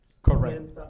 Correct